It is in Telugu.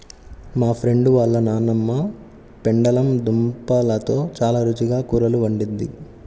మా ఫ్రెండు వాళ్ళ నాన్నమ్మ పెండలం దుంపలతో చాలా రుచిగా కూరలు వండిద్ది